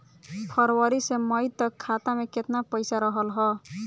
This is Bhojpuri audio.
फरवरी से मई तक खाता में केतना पईसा रहल ह?